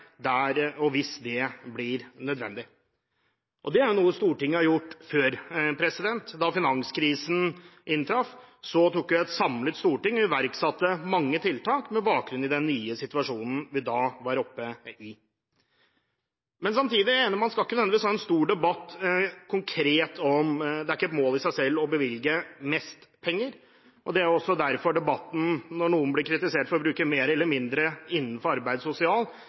hvis det blir nødvendig. Det er jo noe Stortinget har gjort før. Da finanskrisen inntraff, vedtok et samlet storting å iverksette mange tiltak med bakgrunn i den nye situasjonen vi da var oppe i. Men samtidig er jeg enig i – og man skal ikke nødvendigvis ha en stor debatt om det konkret – at det ikke er et mål i seg selv å bevilge mest penger. Det er også derfor debatten, når noen blir kritisert for å bruke mer eller mindre innenfor arbeids-